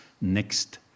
next